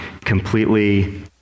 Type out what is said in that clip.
completely